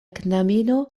knabino